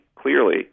clearly